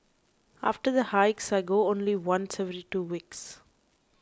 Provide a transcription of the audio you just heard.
after the hikes I go only once every two weeks